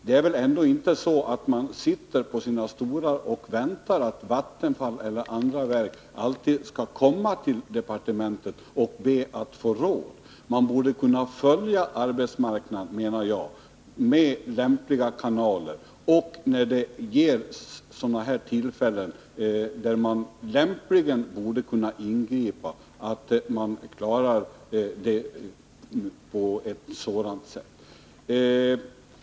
Det är väl ändå inte så, att man i regeringen bara sitter på sina stolar och väntar på att Vattenfall eller andra verk skall komma till departementet och be om råd? Med hjälp av lämpliga kanaler borde man, enligt min mening, kunna följa läget på arbetsmarknaden och ingripa för att klara situationen vid sådana tillfällen som det här är fråga om.